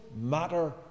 matter